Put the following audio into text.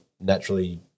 naturally